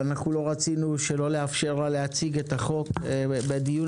לא רצינו שלא לאפשר לה להציג את החוק בדיון